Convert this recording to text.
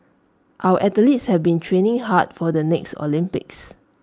our athletes have been training hard for the next Olympics